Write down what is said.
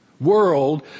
world